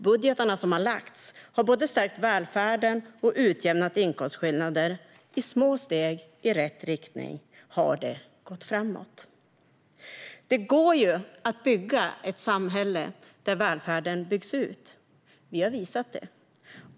Budgetarna som har lagts har både stärkt välfärden och utjämnat inkomstskillnader. Med små steg i rätt riktning har det gått framåt. Det går att bygga ett samhälle där välfärden byggs ut; vi har visat det.